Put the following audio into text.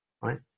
right